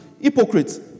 hypocrites